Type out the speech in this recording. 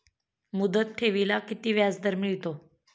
मुदत ठेवीला किती व्याजदर मिळतो?